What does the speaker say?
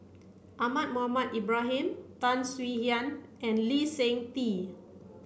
Ahmad Mohamed Ibrahim Tan Swie Hian and Lee Seng Tee